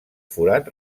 forat